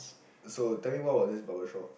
so tell me more about this barber shop